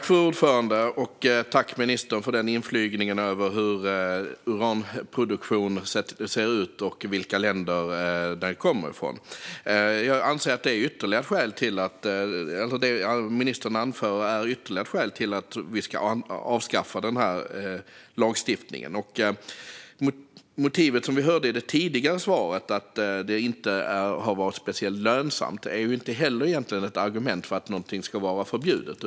Fru talman! Jag tackar ministern för hennes genomgång av hur uranproduktionen ser ut och vilka länder som uranet kommer från. Jag anser att det som ministern anför är ytterligare ett skäl till att vi ska avskaffa denna lagstiftning. Motivet som vi hörde i det tidigare svaret om att detta inte har varit speciellt lönsamt är egentligen inte heller ett argument för att någonting ska vara förbjudet.